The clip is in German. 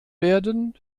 werden